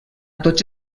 tots